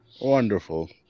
Wonderful